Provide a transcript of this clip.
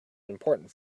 important